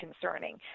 concerning